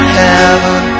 heaven